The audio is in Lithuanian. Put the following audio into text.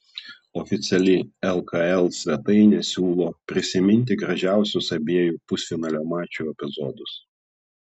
oficiali lkl svetainė siūlo prisiminti gražiausius abiejų pusfinalio mačų epizodus